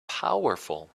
powerful